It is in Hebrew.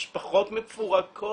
משפחות מפורקות.